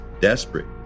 desperate